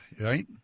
right